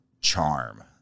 charm